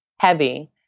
heavy